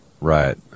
Right